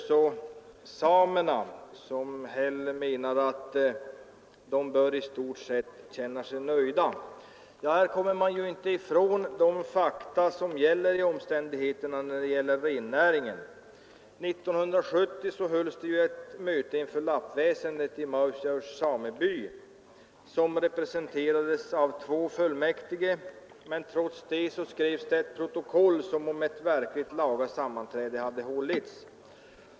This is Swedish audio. Samerna, menade herr Häll, bör i stort sett känna sig nöjda. Men här kommer man inte ifrån de fakta som gäller i fråga om rennäringen. 1970 hölls ju ett möte inför lappväsendet i Mausjaurs sameby, som representerades av två fullmäktige. Trots det skrevs det ett protokoll som om ett verkligt laga sammanträde hade hållits.